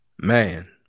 Man